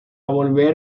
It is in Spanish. volver